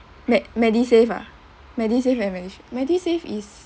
med~ medisave ah medisave medisave is